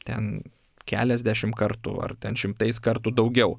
ten keliasdešim kartų ar ten šimtais kartų daugiau